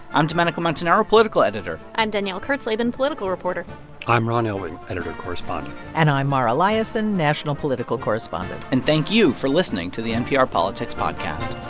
i'm domenico montanaro, political editor i'm danielle kurtzleben, political reporter i'm ron elving, editor correspondent and i'm mara liasson, national political correspondent and thank you for listening to the npr politics podcast